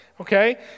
okay